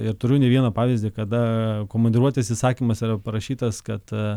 ir turiu ne vieną pavyzdį kada komandiruotės įsakymas yra parašytas kad